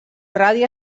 radi